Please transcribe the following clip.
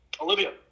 Olivia